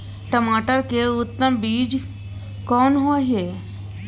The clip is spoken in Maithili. टमाटर के उत्तम बीज कोन होय है?